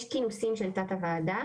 יש כינוסים של תת הוועדה,